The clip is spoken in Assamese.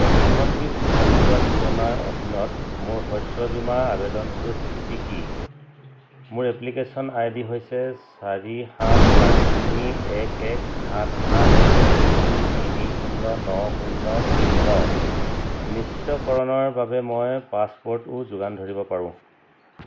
প্ৰধানমন্ত্ৰী ফচল বীমা যোজনাৰ অধীনত মোৰ শস্য বীমা আবেদনটোৰ স্থিতি কি মোৰ এপ্লিকেচন আই ডি হৈছে চাৰি সাত চাৰি তিনি এক এক সাত সাত তিনি দুই তিনি শূন্য ন শূন্য তিনি ন নিশ্চিতকৰণৰ বাবে মই পাছপ'ৰ্টো যোগান ধৰিব পাৰো